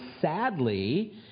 sadly